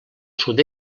sud